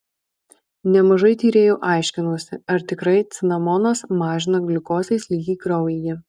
nemažai tyrėjų aiškinosi ar tikrai cinamonas mažina gliukozės lygį kraujyje